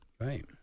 Right